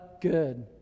good